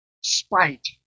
spite